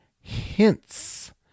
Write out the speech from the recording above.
hints